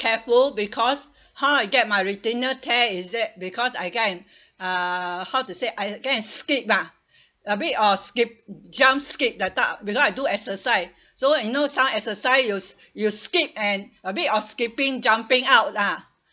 careful because how I get my retinal tear is that because I kind uh how to say I kind of skip ah a bit of skip jump scape that type because I do exercise so you know some exercise you you skip and a bit of skipping jumping out ah